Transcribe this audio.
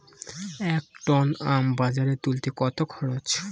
এক টন আম বাজারে তুলতে কত খরচ?